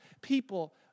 people